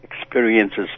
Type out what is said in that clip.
experiences